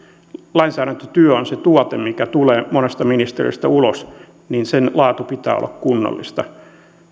lainsäädäntötyö on se tuote mikä tulee monesta ministeriöstä ulos ja sen laadun pitää olla kunnollista